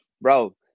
Bro